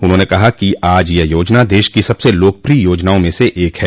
उन्होंने कहा कि आज यह योजना देश की सबसे लोकप्रिय योजनाओं में से एक है